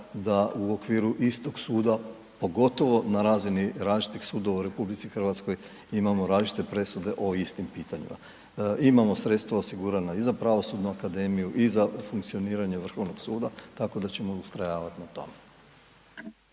da u okviru istog suda, pogotovo na razini različitih sudova u RH imamo različite presude o istim pitanjima. Imamo sredstva osigurana i za pravosudnu akademiju i za funkcioniranje Vrhovnog suda, tako da ćemo ustrajavati na tome.